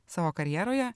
savo karjeroje